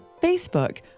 Facebook